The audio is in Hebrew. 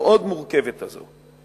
המאוד מורכבת הזאת,